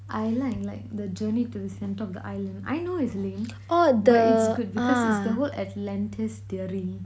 I like like the journey to the center of the island I know it's lame but it's good because it's the whole atlantis theory